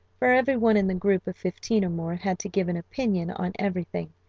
for every one in the group of fifteen or more had to give an opinion on everything,